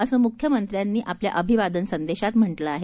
असं मुख्यमंत्र्यानी आपल्या अभिवादन संदेशात म्ह कें आहे